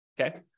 okay